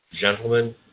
gentlemen